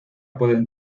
pueden